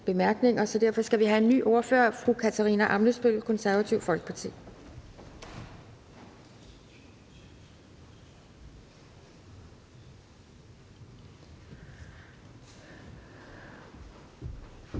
så derfor skal vi have en ny ordfører. Fru Katarina Ammitzbøll, Det Konservative Folkeparti.